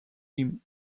him